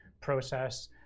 process